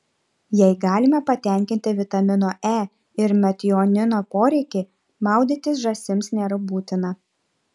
jei galime patenkinti vitamino e ir metionino poreikį maudytis žąsims nėra būtina